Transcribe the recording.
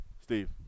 Steve